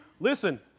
listen